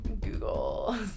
Google